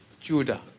Judah